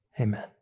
Amen